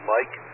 Mike